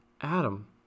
Adam